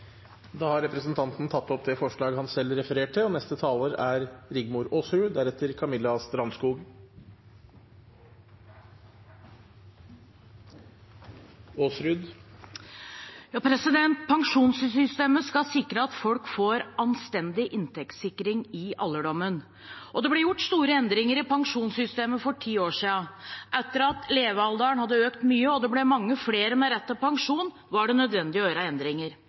tatt opp det forslaget han refererte. Pensjonssystemet skal sikre at folk får anstendig inntektssikring i alderdommen. Det ble gjort store endringer i pensjonssystemet for ti år siden. Etter at levealderen hadde økt mye og det ble mange flere med rett til pensjon, var det nødvendig å gjøre endringer.